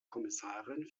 kommissarin